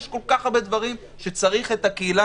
יש כל כך הרבה דברים שצריך את הקהילה,